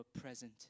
present